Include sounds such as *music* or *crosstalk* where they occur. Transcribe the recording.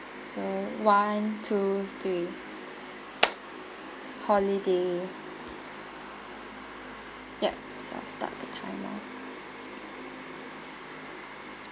so one two three *noise* holiday ya so I'll start the time now